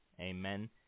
Amen